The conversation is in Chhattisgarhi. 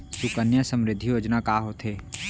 सुकन्या समृद्धि योजना का होथे